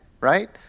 right